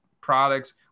products